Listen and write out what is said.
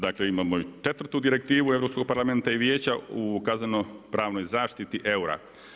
Dakle imamo i četvrtu direktivu Europskog parlamenta i Vijeća u kazneno-pravnoj zaštiti eura.